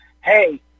Hey